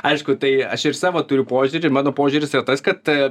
aišku tai aš ir savo turiu požiūrį ir mano požiūris yra tas kad